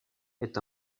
est